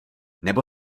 nebo